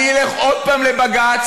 אני אלך עוד פעם לבג"ץ.